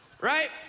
right